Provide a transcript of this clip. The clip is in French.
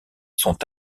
sont